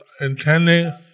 intending